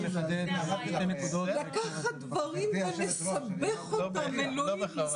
לקחת דברים ולסבך אותם, אלוהים.